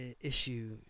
issue